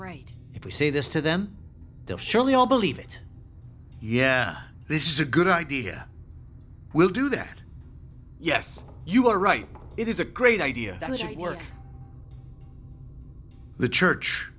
right if we say this to them they'll surely all believe it yeah this is a good idea we'll do that yes you are right it is a great idea that you work the church